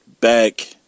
back